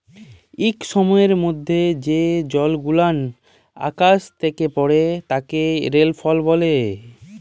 ইক সময়ের মধ্যে যে জলগুলান আকাশ থ্যাকে পড়ে তাকে রেলফল ব্যলে